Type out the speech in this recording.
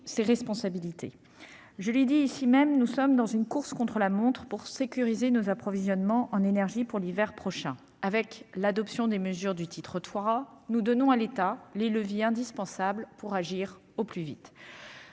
ses responsabilités. Je l'ai dit ici même, nous sommes engagés dans une course contre la montre, afin de sécuriser nos approvisionnements en énergie pour l'hiver prochain. Les mesures prévues au titre III du texte donnent à l'État les leviers indispensables pour agir au plus vite.